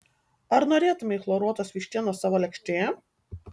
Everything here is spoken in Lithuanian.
ar norėtumei chloruotos vištienos savo lėkštėje